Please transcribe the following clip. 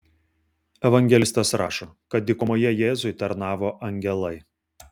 evangelistas rašo kad dykumoje jėzui tarnavo angelai